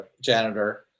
janitor